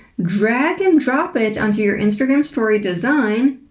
drag and drop it onto your instagram story design,